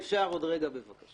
אדוני, אם אפשר עוד רגע, בבקשה.